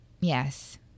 Yes